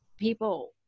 people